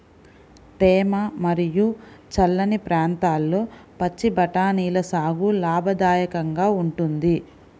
తేమ మరియు చల్లని ప్రాంతాల్లో పచ్చి బఠానీల సాగు లాభదాయకంగా ఉంటుంది